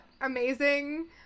amazing